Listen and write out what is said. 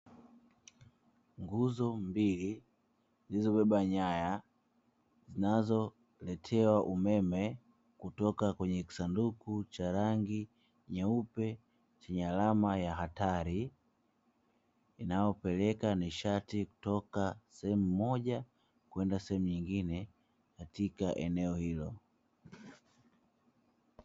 Nguzo mbili zilizobeba nyaya zinazoletewa umeme kutoka kwenye kisanduka cha rangi nyeupe chenye alama ya hatari inayopeleka nishati kutoka sehemu moja kwenda sehemu nyingine katika eneo hilo.